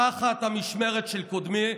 תחת המשמרת של קודמי,